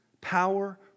power